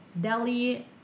Delhi